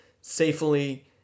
safely